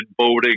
voting